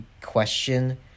question